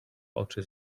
oczy